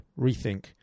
rethink